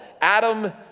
Adam